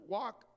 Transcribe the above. walk